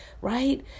right